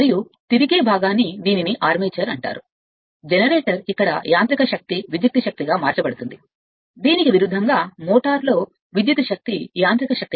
మరియు తిరిగే భాగాన్ని దీనిని ఆర్మేచర్ అంటారు ఇక్కడ యాంత్రిక శక్తి జనరేటర్ కోసం విద్యుత్ శక్తి లేదా దీనికి విరుద్ధంగా విద్యుత్ శక్తి మోటారుకు యాంత్రిక శక్తి